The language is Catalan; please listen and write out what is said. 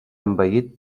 envaït